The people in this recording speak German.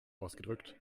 ausgedrückt